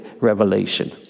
Revelation